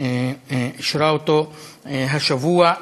אישרה אותו השבוע.